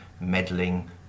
meddling